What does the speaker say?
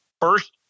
first